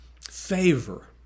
favor